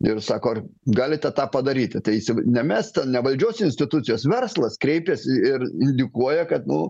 ir sako galite tą padaryti tai įsiv ne mes ten ne valdžios institucijos verslas kreipiasi ir indikuoja kad nu